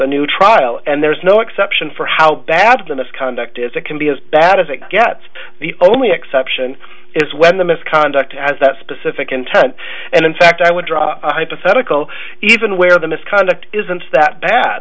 a new trial and there's no exception for how bad the misconduct is it can be as bad as it gets the only exception is when the misconduct has that specific intent and in fact i would drop a hypothetical even where the misconduct isn't that bad